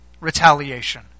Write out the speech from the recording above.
retaliation